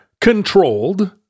controlled